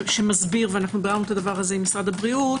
שמסביר והבהרנו את זה עם משרד הבריאות